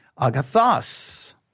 Agathos